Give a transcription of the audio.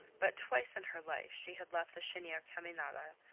but twice in her life she had left the cheniere caminada,